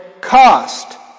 cost